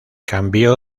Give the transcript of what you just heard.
cambio